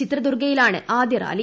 ചിത്രദുർഗയിലാണ് ആദ്യ റാലി